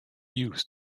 use